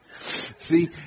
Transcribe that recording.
See